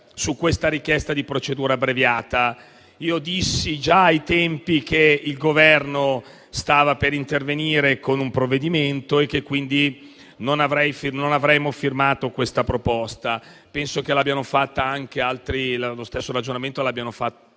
la richiesta di procedura abbreviata. Io dissi, già ai tempi, che il Governo stava per intervenire con un provvedimento e che quindi noi non avremmo firmato la proposta. Penso che lo stesso ragionamento lo abbiano fatto